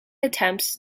attempts